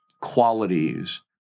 qualities